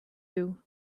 you